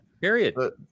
Period